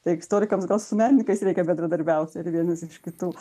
tai istorikams gal su menininkais reikia bendradarbiauti ir vienas iš kitų